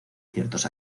ciertos